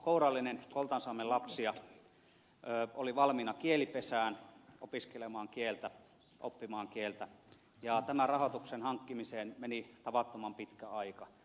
kourallinen koltansaamen lapsia oli valmiina kielipesään opiskelemaan kieltä oppimaan kieltä ja tämän rahoituksen hankkimiseen meni tavattoman pitkä aika